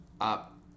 up